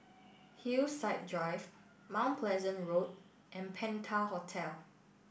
Hillside Drive Mount Pleasant Road and Penta Hotel